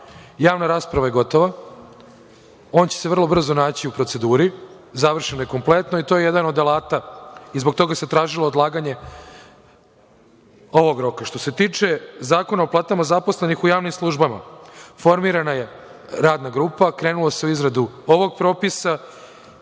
javna rasprava je gotova. On će se vrlo brzo naći u proceduri. Završen je kompletno i to je jedan od alata i zbog toga se tražilo odlaganje ovog roka. Što se tiče Zakona o pitanju zaposlenih u javnim službama, formirana je radna grupa, krenulo se u izradu ovog propisa.